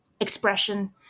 expression